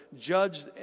judged